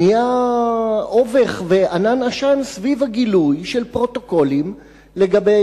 נהיה אובך וענן עשן סביב הגילוי של הפרוטוקולים לגבי